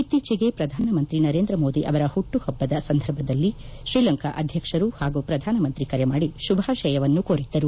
ಇತ್ತೀಚೆಗೆ ಪ್ರಧಾನ ಮಂತ್ರಿ ನರೇಂದ್ರ ಮೋದಿ ಅವರ ಹುಟ್ಟಪಬ್ಬದ ಸಂದರ್ಭದಲ್ಲಿ ಶ್ರೀಲಂಕಾ ಅಧ್ಯಕ್ಷರು ಪಾಗೂ ಶ್ರಧಾನ ಮಂತ್ರಿ ಕರೆ ಮಾಡಿ ಶುಭಾಶಯವನ್ನು ಕೋರಿದ್ದರು